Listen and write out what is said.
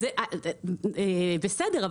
בסדר,